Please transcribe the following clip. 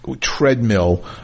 treadmill